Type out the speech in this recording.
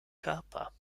körper